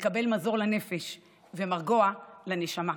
לקבל מזור לנפש ומרגוע לנשמה.